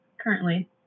currently